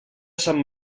sant